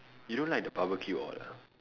you don't know like the barbecue all ah